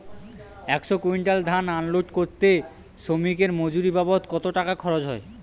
একশো কুইন্টাল ধান আনলোড করতে শ্রমিকের মজুরি বাবদ কত টাকা খরচ হয়?